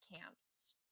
camps